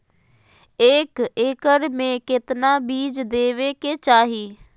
एक एकड़ मे केतना बीज देवे के चाहि?